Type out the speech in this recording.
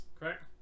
correct